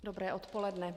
Dobré odpoledne.